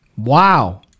wow